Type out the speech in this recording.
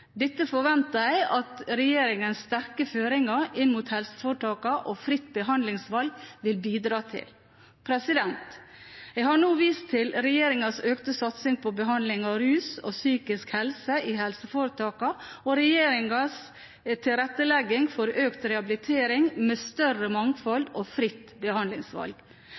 Dette forventer jeg at regjeringens sterke føringer inn mot helseforetakene og fritt behandlingsvalg vil bidra til. Jeg har nå vist til regjeringens økte satsing på behandling av rusproblemer og psykiske helseproblemer i helseforetakene og regjeringens tilrettelegging for økt rehabilitering, med større mangfold og fritt behandlingsvalg.